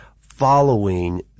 following